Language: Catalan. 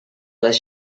les